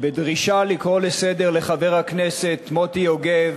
בדרישה לקרוא לסדר את חבר הכנסת מוטי יוגב